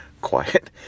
quiet